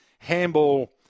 Handball